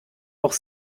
auch